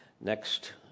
Next